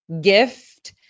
gift